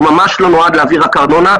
הוא ממש לא נועד להעביר רק ארנונה,